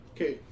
Okay